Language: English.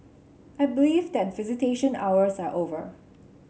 I believe that visitation hours are over